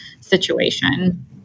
situation